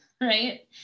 right